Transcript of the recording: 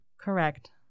Correct